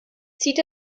zieht